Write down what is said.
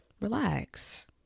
Relax